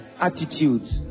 Attitudes